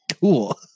Cool